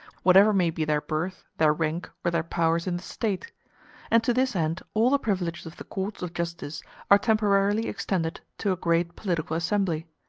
whatever may be their birth, their rank, or their powers in the state and to this end all the privileges of the courts of justice are temporarily extended to a great political assembly.